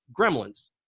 gremlins